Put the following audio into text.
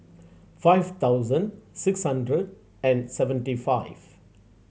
five thousand six hundred and seventy five